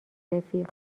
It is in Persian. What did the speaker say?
رفیق